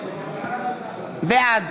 בעד